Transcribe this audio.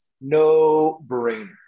No-brainer